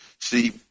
See